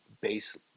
base